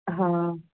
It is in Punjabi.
ਹਾਂ